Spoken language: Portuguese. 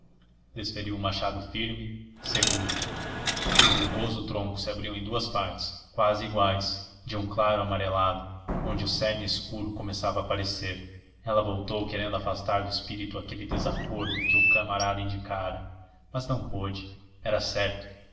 desferiu o machado firme seguro e o rugoso tronco se abriu em duas partes quase iguais de um claro amarelado onde o cerne escuro começava a aparecer ela voltou querendo afastar do espírito aquele desacordo que o camarada indicara mas não pôde era certo